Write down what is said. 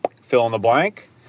fill-in-the-blank